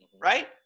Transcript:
right